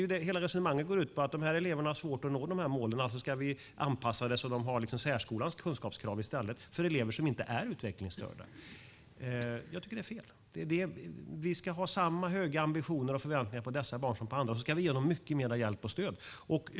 Hela resonemanget går ju ut på att dessa elever har svårt att nå målen, och alltså ska vi anpassa det så att de i stället har särskolans kunskapskrav; det gäller elever som inte är utvecklingsstörda. Jag tycker att det är fel. Vi ska ha samma höga ambitioner och förväntningar på dessa barn som på andra, och sedan ska vi ge dem mycket mer hjälp och stöd.